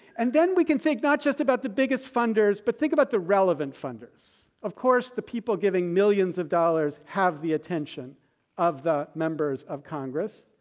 and then we can think not just about the biggest funders but think about the relevant funders. of course the people giving millions of dollars have the attention of the members of congress.